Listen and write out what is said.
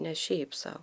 ne šiaip sau